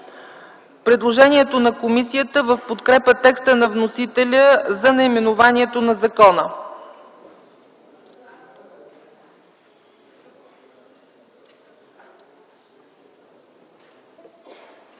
предложението на комисията в подкрепа текста на вносителя за наименованието на закона.